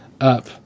up